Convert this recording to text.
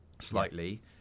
slightly